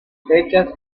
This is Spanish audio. hechas